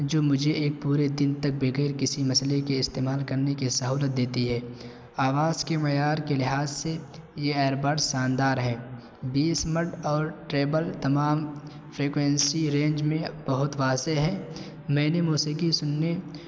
جو مجھے ایک پورے دن تک بغیر کسی مسئلے کے استعمال کرنے کی سہولت دیتی ہے آواز کے معیار کے لحاظ سے یہ ایربرڈز شاندار ہے بیس مڈ اور ٹریبل تمام فریکوینسی رینج میں بہت واضح ہے میں نے موسیقی سننے